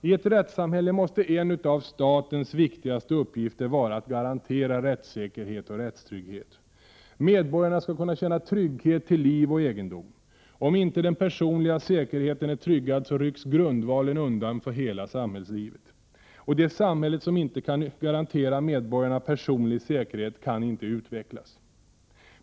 I ett rättssamhälle måste en av statens viktigaste uppgifter vara att garantera rättssäkerhet och rättstrygghet. Medborgarna skall kunna känna trygghet till liv och egendom. Om inte den personliga säkerheten är tryggad, rycks grundvalen undan för hela samhällslivet. Det samhälle som inte kan garantera medborgarna personlig säkerhet kan inte utvecklas.